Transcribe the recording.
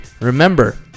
Remember